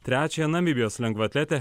trečiąją namibijos lengvaatletė